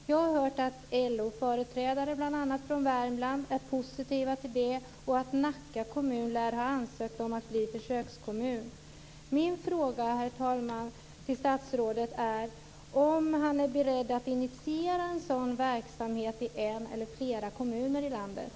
Jag har hört att bl.a. LO-företrädare från Värmland är positiva till detta och att Nacka kommun lär ha ansökt om att bli försökskommun. Min fråga, herr talman, till statsrådet är om han är beredd att initiera en sådan verksamhet i en eller flera kommuner i landet.